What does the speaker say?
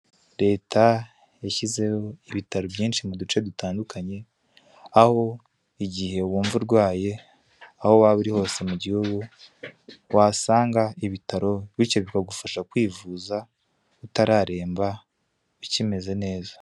Leta yashyizeho ibitaro byinshi mu duce dutandukanye, aho igihe wumva urwaye aho waba uri hose mu gihugu wahasanga ibitaro bityo bikagufasha kwivuza utararemba ukimeze neza.